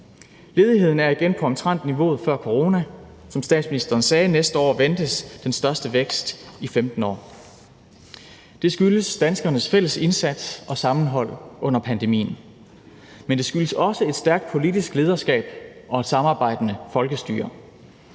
Ledigheden er igen omtrent på niveauet før corona. Som statsministeren sagde: Næste år ventes den største vækst i 15 år. Det skyldes danskernes fælles indsats og sammenhold under pandemien. Men det skyldes også et stærkt politisk lederskab og et samarbejdende folkestyre.